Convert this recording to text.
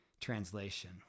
translation